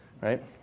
right